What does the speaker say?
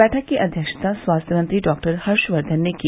बैठक की अध्यक्षता स्वास्थ्य मंत्री डॉक्टर हर्षवर्धन ने की